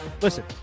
listen